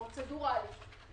פרוצדורליים,